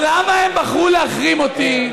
אבל למה הם בחרו להחרים אותי?